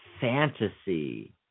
fantasy